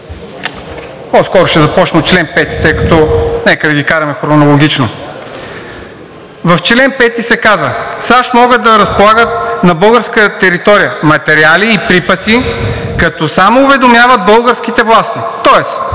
по-скоро ще започна от чл. 5, тъй като нека да ги караме хронологично. В чл. 5 се казва: „САЩ могат да разполагат на българска територия материали и припаси, като само уведомяват българските власти.“ Тоест